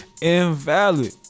Invalid